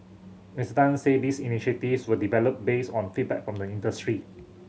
Miss Tan say these initiatives were developed based on feedback from the industry